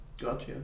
Gotcha